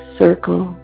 circle